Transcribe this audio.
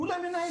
תנו להם לנהל,